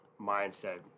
mindset